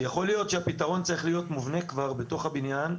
שיכול להיות שהפתרון צריך להיות מובנה כבר בתוך הבניין,